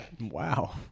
Wow